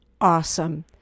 Awesome